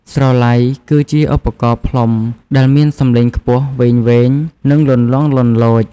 ស្រឡៃ គឺជាឧបករណ៍ផ្លុំដែលមានសំឡេងខ្ពស់វែងៗ និងលន្លង់លលោច។